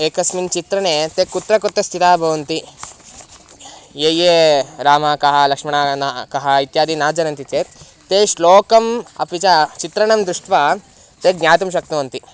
एकस्मिन् चित्रणे ते कुत्र कुत्र स्थिताः भवन्ति ये ये रामः कः लक्ष्मण न कः इत्यादि न जनन्ति चेत् ते श्लोकम् अपि च चित्रणं दृष्ट्वा ते ज्ञातुं शक्नुवन्ति